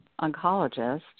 oncologist